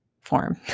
form